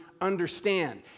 understand